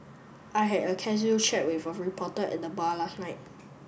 I had a casual chat with a reporter at the bar last night